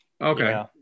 Okay